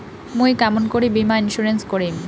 মুই কেমন করি বীমা ইন্সুরেন্স করিম?